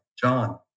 John